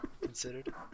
considered